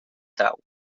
trau